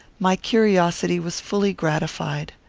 my curiosity was fully gratified.